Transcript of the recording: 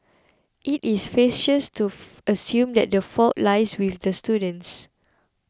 it is facetious to assume that the fault lies with the students